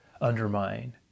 undermine